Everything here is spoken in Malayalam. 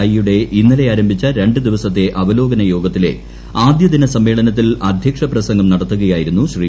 ഐ യുടെ ഇന്നലെ ആരംഭിച്ച രണ്ടു ദിവസത്തെ അവലോകന യോഗത്തിലെ ആദ്യ ദിന സമ്മേളനത്തിൽ അദ്ധ്യക്ഷ പ്രസംഗം നടത്തുകയായിരുന്നു ശ്രീ